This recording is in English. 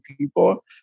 people